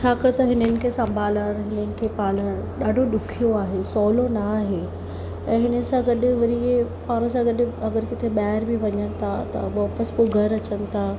छाकाणि त हिननि खे संभालण हिननि खे पालण ॾाढो ॾुखियो आहे सहुलो न आहे ऐं हिन सां गॾु वरी इहे पाणि सां गॾु अगरि किथे ॿाहिरि बि वञो था त वापसि पोइ घर अचनि था